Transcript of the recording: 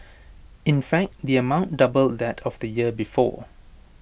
in fact the amount doubled that of the year before